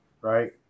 Right